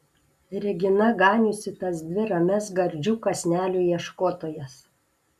regina ganiusi tas dvi ramias gardžių kąsnelių ieškotojas